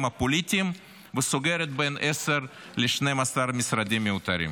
הפוליטיים וסוגרת בין 10 ל-12 משרדים מיותרים.